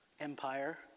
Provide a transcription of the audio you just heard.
empire